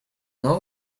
know